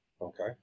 okay